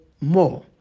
more